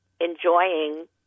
enjoying